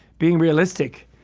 being realistic,